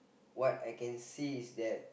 what I can see is that